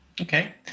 Okay